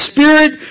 Spirit